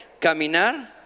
caminar